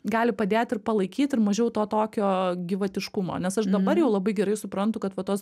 gali padėti ir palaikyti ir mažiau to tokio gyvatiškumo nes aš dabar jau labai gerai suprantu kad va tos